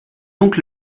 donc